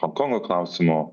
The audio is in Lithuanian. honkongo klausimu